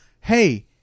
hey